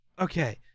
Okay